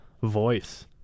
voice